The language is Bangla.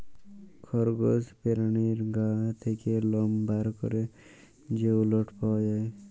খরগস পেরানীর গা থ্যাকে লম বার ক্যরে যে উলট পাওয়া যায়